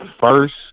first